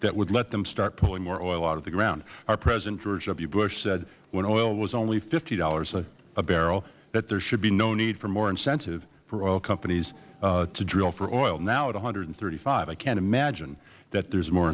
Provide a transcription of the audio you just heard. that would let them start pulling more oil out of the ground our president george w bush said when oil was only fifty dollars a barrel there should be no need for more incentive for oil companies to drill for oil now at one hundred and thirty five i can't imagine that there is more